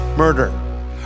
murder